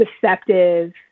deceptive